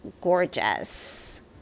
gorgeous